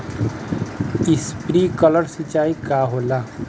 Sprinkler सिंचाई का होला?